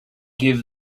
give